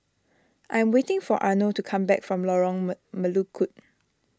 I am waiting for Arno to come back from Lorong mel Melukut